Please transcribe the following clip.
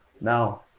now